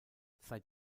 seit